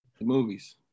movies